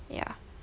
ya